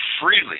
freely